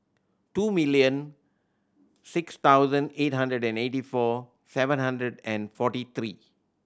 two million six thousand eight hundred and eighty four seven hundred and forty three